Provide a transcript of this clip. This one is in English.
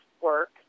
work